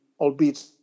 albeit